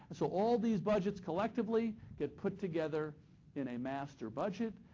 so all these budgets collectively get put together in a master budget,